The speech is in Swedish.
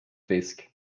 fisk